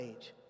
age